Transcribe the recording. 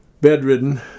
bedridden